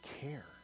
care